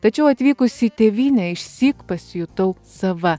tačiau atvykus į tėvynę išsyk pasijutau sava